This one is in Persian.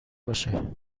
باشه